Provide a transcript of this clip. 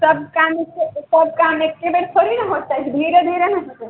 सभ काम सभ काम एकै बेर थोड़ी ने होयतै धीरे धीरे ने होयतै